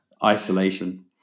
Isolation